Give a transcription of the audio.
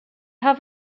have